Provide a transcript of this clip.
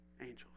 Angels